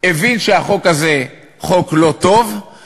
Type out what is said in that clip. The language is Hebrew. הבין שהחוק הזה הוא חוק לא טוב,